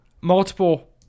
multiple